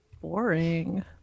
boring